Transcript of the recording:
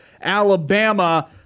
alabama